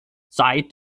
seit